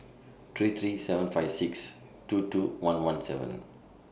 three three seven five six two two one one seven